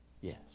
Yes